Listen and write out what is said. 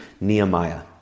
Nehemiah